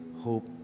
hope